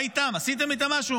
מה איתם, עשיתם איתם משהו?